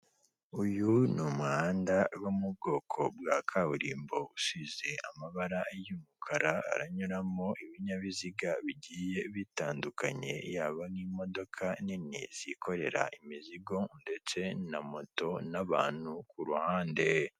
Uyu ni umuhanda wo mu bwoko bwa kaburimbo, usize amabara y'umukara haranyuramo ibinyabiziga bigiye bitandukanye, yaba n'imodoka nini zikorera imizigo ndetse na moto n'abantu ku ruhande.